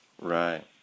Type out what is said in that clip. Right